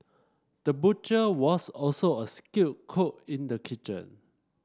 the butcher was also a skilled cook in the kitchen